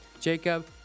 Jacob